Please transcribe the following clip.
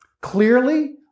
Clearly